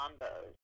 combos